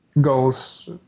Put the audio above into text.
goals